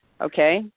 Okay